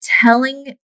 telling